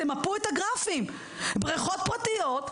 תמפו את הגרפים בריכות פרטיות,